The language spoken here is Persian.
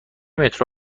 مترو